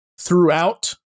throughout